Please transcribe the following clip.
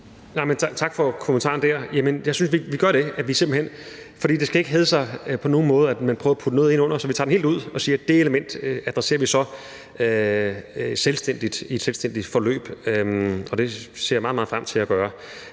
Tak for kommentaren. Jeg synes, vi gør det, at vi simpelt hen – for det skal ikke hedde sig på nogen måde, at man prøver at putte noget ind under noget andet – tager det helt ud og siger, at det element adresserer vi så selvstændigt, i et selvstændigt forløb, og det ser jeg meget, meget frem til at gøre.